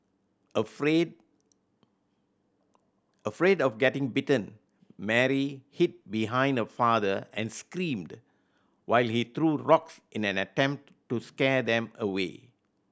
afraid afraid of getting bitten Mary hid behind her father and screamed while he threw rocks in an attempt to scare them away